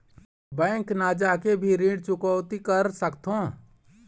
Bank न जाके भी ऋण चुकैती कर सकथों?